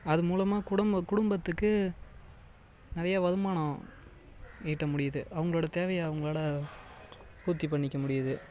அது மூலமாக குடும்ப குடும்பத்துக்கு நிறைய வருமானம் ஈட்ட முடியுது அவர்களோட தேவையை அவர்களால பூர்த்தி பண்ணிக்க முடியுது